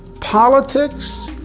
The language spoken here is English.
Politics